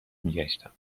میگشتم